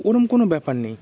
ওরম কোনো ব্যাপার নেই